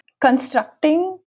constructing